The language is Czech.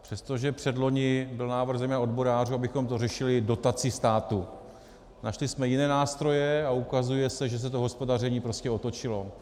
Přestože předloni byl návrh zejména odborářů, abychom to řešili dotací státu, našli jsme jiné nástroje a ukazuje se, že se to hospodaření prostě otočilo.